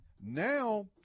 Now